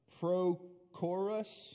Prochorus